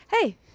hey